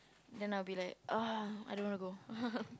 then I will be like uh I don't want to go